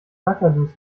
kakadus